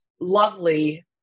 lovely